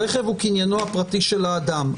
הרכב הוא קניינו הפרטי של אדם.